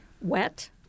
wet